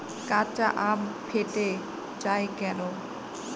কাঁচা আম ফেটে য়ায় কেন?